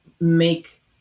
make